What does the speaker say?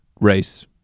race